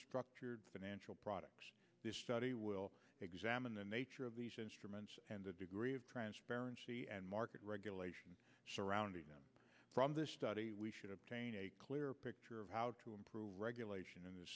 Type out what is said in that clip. structured financial products this study will examine the nature of these instruments and the degree of transparency and market regulation surrounding them from this study we should have a clearer picture of how to improve regulation in the